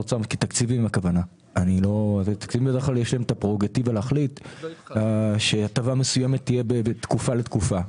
יש להם את הפרורוגטיבה להחליט שהטבה מסוימת תהיה בתקופה לתקופה.